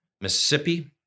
Mississippi